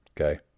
Okay